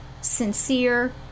sincere